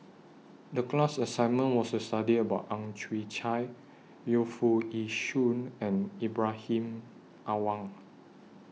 The class assignment was to study about Ang Chwee Chai Yu Foo Yee Shoon and Ibrahim Awang